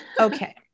Okay